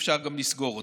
אפשר גם לסגור אותה.